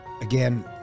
Again